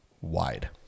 wide